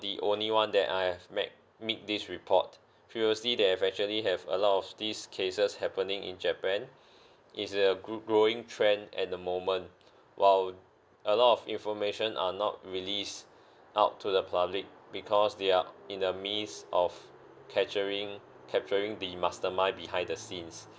the only one that I have met made this report previously they have actually have a lot of these cases happening in japan it's a gro~ growing trend at the moment while a lot of information are not released out to the public because they are in the midst of capturing capturing the mastermind behind the scenes